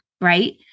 right